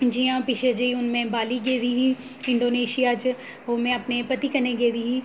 जि'यां पिच्छै जेही हून में बाल्ली गेदी ही इंडोनेशिया च ओह् में अपने पति कन्नै गेदी ही